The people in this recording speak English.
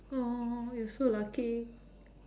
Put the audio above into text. oh you so lucky